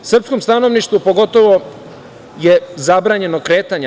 Srpskom stanovništvu pogotovo je zabranjeno kretanje.